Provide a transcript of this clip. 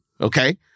okay